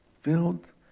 Filled